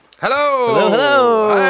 hello